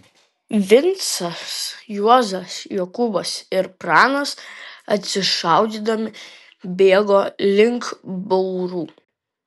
vincas juozas jokūbas ir pranas atsišaudydami bėgo link baurų